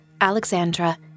Alexandra